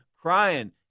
crying